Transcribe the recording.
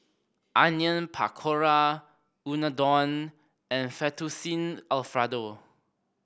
Onion Pakora Unadon and Fettuccine Alfredo